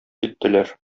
киттеләр